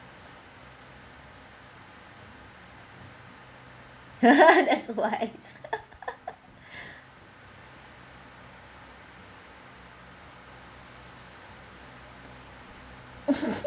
that's why